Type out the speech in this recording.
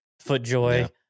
Footjoy